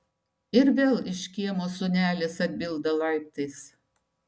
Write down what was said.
ir vėl iš kiemo sūnelis atbilda laiptais